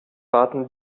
warten